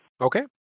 Okay